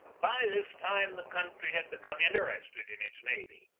by this time the country had become interested in its navy.